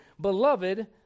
Beloved